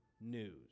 news